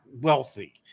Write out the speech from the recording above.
wealthy